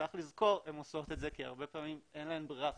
וצריך לזכור כי הרבה פעמים אין להן ברירה אחרת.